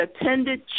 attended